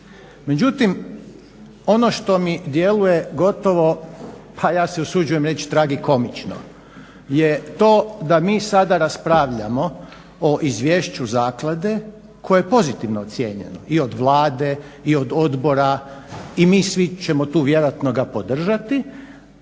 Međutim, ono što mi djeluje gotovo pa ja se usuđujem reći tragikomično je to da mi sada raspravljamo o izvješću zaklade koje je pozitivno ocijenjeno i od Vlade i od odbora i mi svi ćemo tu vjerojatno ga podržati,